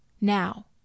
now